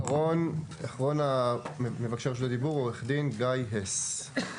אחרון מבקשי רשות הדיבור הוא עו"ד גיא הס.